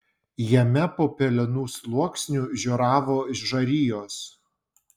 jame po pelenų sluoksniu žioravo žarijos